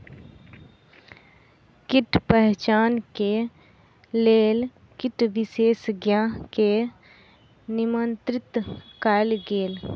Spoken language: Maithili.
कीट पहचान के लेल कीट विशेषज्ञ के निमंत्रित कयल गेल